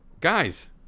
guys